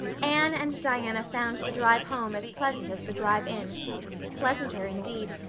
anne and diana found the drive home as pleasant as the drive in pleasanter, indeed,